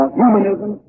humanism